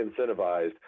incentivized